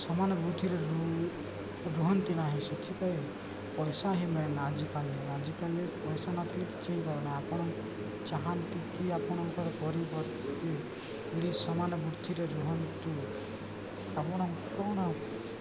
ସମାନ ବୃତ୍ତିରେ ରୁହନ୍ତି ନାହିଁ ସେଥିପାଇଁ ପଇସା ହିଁ ମନ ଆଜିକାଲି ଆଜିକାଲି ପଇସା ନଥିଲେ କିଛିହିଁ କାରୁନା ଆପଣ ଚାହାନ୍ତି କି ଆପଣଙ୍କର ପରିବର୍ତ୍ତୀ ବୋଲି ସମାନ ବୃଦ୍ଧିରେ ରୁହନ୍ତୁ ଆପଣ କ'ଣ